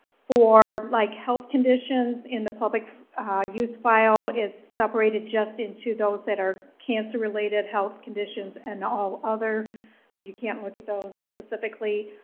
for like health conditions in the public use file, it's separated just into those that are cancer related health conditions and all other, so you can't look at those specifically.